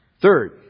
Third